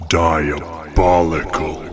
diabolical